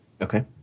Okay